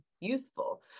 useful